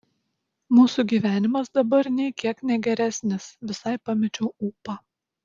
mūsų gyvenimas dabar nei kiek ne geresnis visai pamečiau ūpą